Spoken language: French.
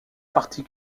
partie